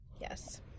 Yes